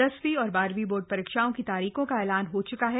दसवीं और बारहवीं बोर्ड परीक्षाओं की तारीखों का ऐलान हो च्का है